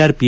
R P